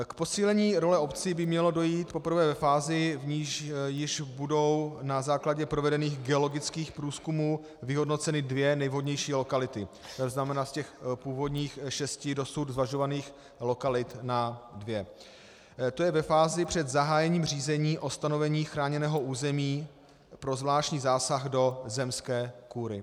K posílení role obcí by mělo dojít poprvé ve fázi, v níž již budou na základě provedených geologických průzkumů vyhodnoceny dvě nejvhodnější lokality, to znamená z těch původních šesti dosud zvažovaných lokalit na dvě, to je ve fázi před zahájením řízení o stanovení chráněného území pro zvláštní zásah do zemské kůry.